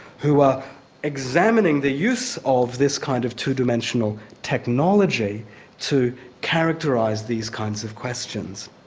who are examining the use of this kind of two-dimensional technology to characterise these kinds of questions.